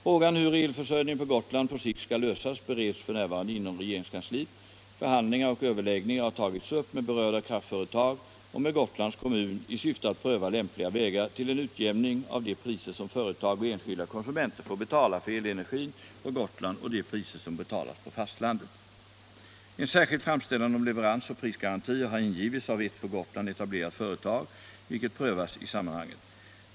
Frågan hur elförsörjningen på Gotland på sikt skall lösas bereds f. n. inom regeringskansliet. Förhandlingar och överläggningar har tagits upp med berörda kraftföretag och med Gotlands kommun i syfte att pröva lämpliga vägar till en utjämning av de priser som företag och enskilda konsumenter får betala för elenergin på Gotland och de priser som betalas på fastlandet. En särskild framställan om leveransoch prisgarantier har ingivits av ett på Gotland etablerat företag, vilken prövas i sammanhanget.